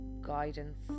guidance